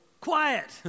Quiet